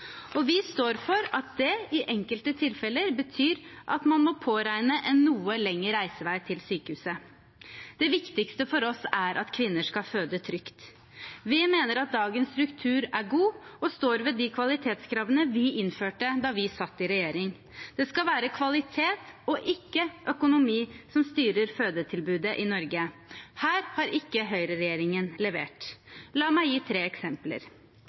Vi står for at det i enkelte tilfeller betyr at man må påregne en noe lengre reisevei til sykehuset. Det viktigste for oss er at kvinner skal føde trygt. Vi mener at dagens struktur er god, og står ved de kvalitetskravene vi innførte da vi satt i regjering. Det skal være kvalitet og ikke økonomi som styrer fødetilbudet i Norge. Her har ikke høyreregjeringen levert. La meg gi tre eksempler: